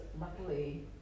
luckily